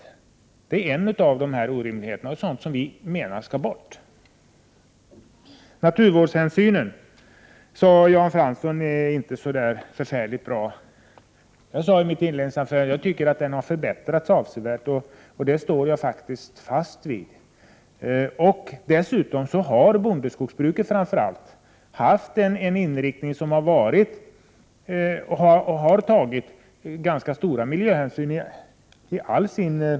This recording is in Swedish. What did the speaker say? På den punkten föreligger en sådan orimlighet som vi menar skall tas bort. Jan Fransson sade att det inte är så väl beställt med naturvårdshänsynen. Jag sade i mitt inledningsanförande att jag tycker att den har förbättrats avsevärt, och det står jag faktiskt fast vid. Dessutom har framför allt bondeskogsbruket i all sin verksamhet haft en inriktning där man tagit ganska stora miljöhänsyn.